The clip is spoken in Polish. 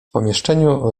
pomieszczeniu